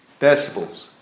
decibels